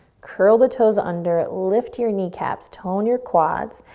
curl the toes under, lift your kneecaps, tone your quads,